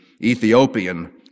Ethiopian